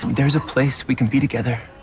there's a place we can be together